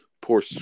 poor